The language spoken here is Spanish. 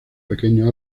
pequeños